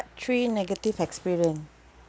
three negative experience